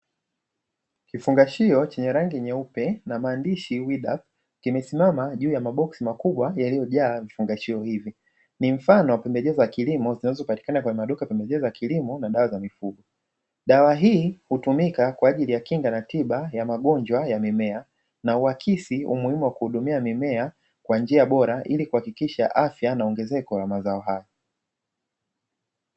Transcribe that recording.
Kifungashio chenye rangi nyeupe na maandishi ''WEEDAL'' kimesimama juu ya maboxi makubwa yaliyojaa vifungashio hivyo ni mfano wa pembejeo za kilimo zinazopatikana kwenye maduka ya pembejeo ya mazao ya kilimo na dawa za mifugo, dawa hii hutumika kwa ajili ya kinga na tiba ya magonjwa ya mimea na uakisi umuhimu wa kuhudumia mimea kwa njia bora ili kuhakikisha afya na ongezeko la mazao hayo.